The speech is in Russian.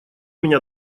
меня